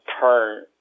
turn